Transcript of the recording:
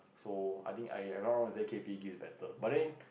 so I think I am not wrong Z_K_P is better but then